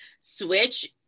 switch